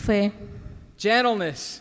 Gentleness